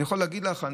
אני יכול להגיד לך,